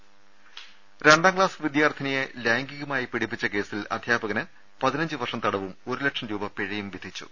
രദേശ്ശേ രണ്ടാം ക്ലാസ് വിദ്യാർത്ഥിനിയെ ലൈംഗികമായി പീഡിപ്പിച്ച കേസിൽ അധ്യാപകന് പതിനഞ്ച് വർഷം തടവും ഒരു ലക്ഷം രൂപ പിഴയും വിധിച്ചു